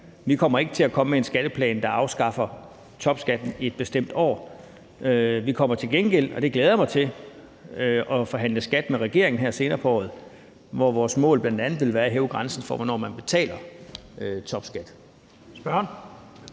Vi kommer ikke med en skatteplan, der afskaffer topskatten i et bestemt år. Vi kommer til gengæld til – og det glæder jeg mig til – at forhandle skat med regeringen her senere på året, hvor vores mål bl.a. vil være at hæve grænsen for, hvornår man betaler topskat.